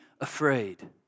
afraid